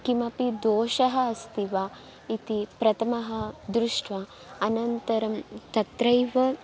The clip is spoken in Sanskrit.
किमपि दोषः अस्ति वा इति प्रथमं दृष्ट्वा अनन्तरं तत्रैव